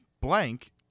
blank